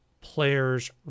players